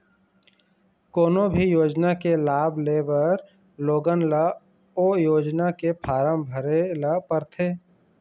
कोनो भी योजना के लाभ लेबर लोगन ल ओ योजना के फारम भरे ल परथे